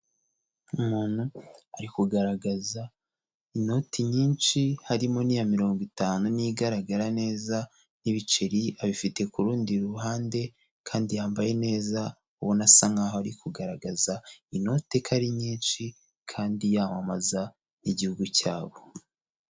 Umuntu ari kugaragaza inoti nyinshi harimo n'iya mirongo itanu niyo igaragara neza, n'ibiceri abifite ku rundi ruhande, kandi yambaye neza, ubona asa nkaho ari kugaragaza inote ko ari nyinshi kandi yamamaza n'igihugu cyabo.